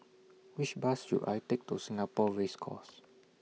Which Bus should I Take to Singapore Race Course